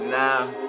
now